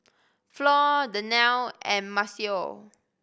Flo Daniele and Maceo